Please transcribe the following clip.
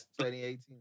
2018